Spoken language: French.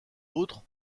autre